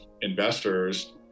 investors